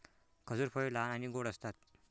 खजूर फळे लहान आणि गोड असतात